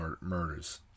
murders